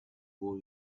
boy